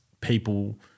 people –